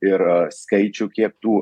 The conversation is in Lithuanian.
ir a skaičių kiek tų